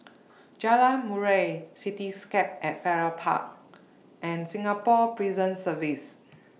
Jalan Murai Cityscape At Farrer Park and Singapore Prison Service